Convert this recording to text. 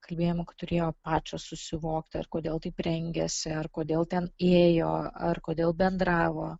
kalbėjimo kad turėjo pačios susivokti ar kodėl taip rengiasi ar kodėl ten ėjo ar kodėl bendravo